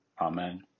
Amen